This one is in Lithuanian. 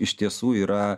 iš tiesų yra